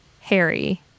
Harry